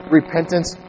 repentance